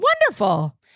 Wonderful